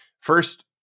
First